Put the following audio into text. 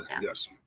yes